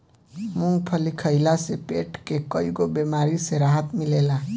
मूंगफली खइला से पेट के कईगो बेमारी से राहत मिलेला